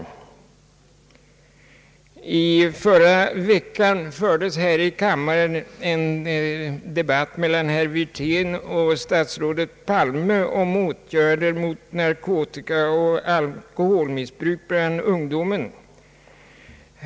I förra veckan fördes här i kammaren en debatt mellan herr Wirtén och statsrådet Palme om åtgärder mot narkotikaoch alkoholmissbruk bland ungdomen.